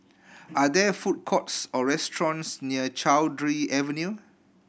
are there food courts or restaurants near Cowdray Avenue